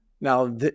Now